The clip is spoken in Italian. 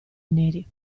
neri